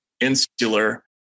insular